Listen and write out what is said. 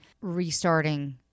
restarting